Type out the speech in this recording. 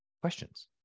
questions